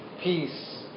peace